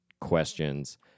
questions